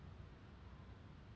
um they will be good